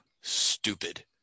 stupid